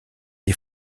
des